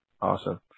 Awesome